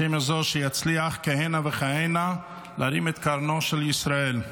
השם יעזור שיצליח כהנה וכהנה להרים את קרנו של ישראל.